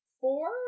four